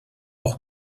auch